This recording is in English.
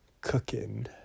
cooking